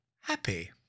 happy